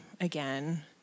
again